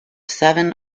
seven